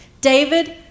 David